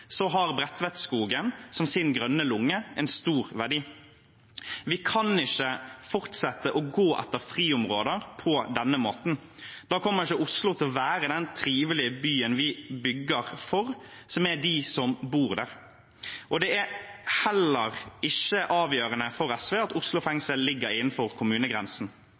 har Bredtvetskogen som sin grønne lunge, har det en stor verdi. Vi kan ikke fortsette å gå etter friområder på denne måten. Da kommer ikke Oslo til å være den trivelige byen vi bygger for dem som bor der. Det er heller ikke avgjørende for SV at Oslo fengsel ligger innenfor kommunegrensen.